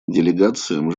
делегациям